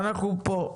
אנחנו פה,